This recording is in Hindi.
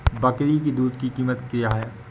बकरी की दूध की कीमत क्या है?